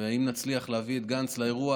ואם נצליח להביא את גנץ לאירוע,